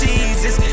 Jesus